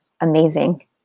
amazing